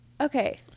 Okay